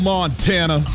Montana